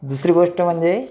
दुसरी गोष्ट म्हणजे